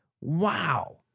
Wow